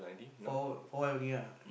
for for awhile only lah